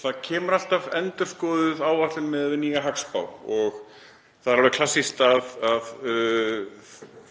Það kemur alltaf endurskoðuð áætlun miðað við nýja hagspá og það er alveg klassískt að